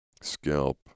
scalp